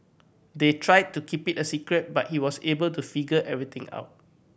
they tried to keep it a secret but he was able to figure everything out